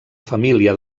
família